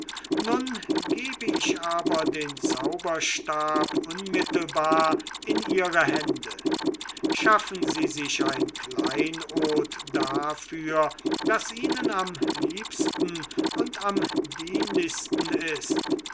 nun gebe ich aber den zauberstab unmittelbar in ihre hände schaffen sie sich ein kleinod dafür das ihnen am liebsten und am dienlichsten ist